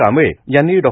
कांबळे यांनी डॉ